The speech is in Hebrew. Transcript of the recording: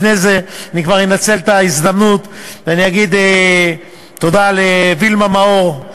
לפני זה אני כבר אנצל את ההזדמנות ואני אגיד תודה לווילמה מאור,